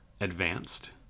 advanced